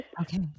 Okay